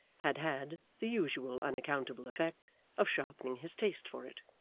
had had the usual unaccountable effect of sharpening his taste for it.